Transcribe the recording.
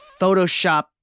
Photoshop